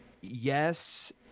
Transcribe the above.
yes